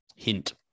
hint